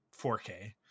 4k